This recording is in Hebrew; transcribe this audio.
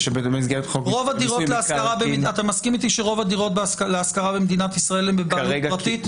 -- אתה מסכים איתי שרוב הדירות להשכרה במדינת ישראל הן בבעלות פרטית?